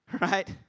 right